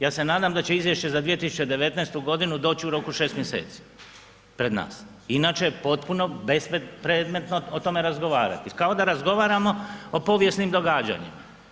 Ja se nadam da će izvješće za 2019. godinu doć u roku 6 mjeseci pred nas, inače je potpuno bespredmetno o tome razgovarati, kao da razgovaramo o povijesnim događanjima.